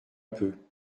peu